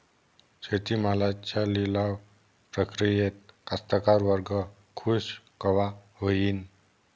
शेती मालाच्या लिलाव प्रक्रियेत कास्तकार वर्ग खूष कवा होईन?